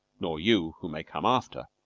nor you, who may come after,